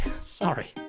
Sorry